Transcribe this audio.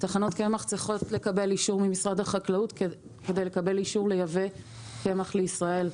טחנות קמח צריכות לקבל אישור ממשרד החקלאות כדי לייבא קמח לישראל.